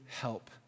help